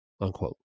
unquote